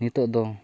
ᱱᱤᱛᱳᱜ ᱫᱚ